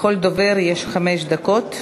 לכל דובר יש חמש דקות.